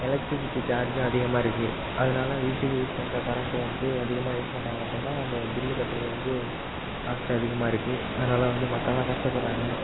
electricity சார்ஜும் அதிகமாக இருக்குது அதனால வீட்டுக்கு யூஸ் பண்ணுற கரண்ட்டை வந்து அதிகமாக யூஸ் பண்ணுறாங்க அப்படின்னா அந்த பில்லு கட்டுறது வந்து காஸ்ட்டு அதிகமாக இருக்குது அதனால வந்து மக்கள்லாம் கஷ்டப்படுறாங்க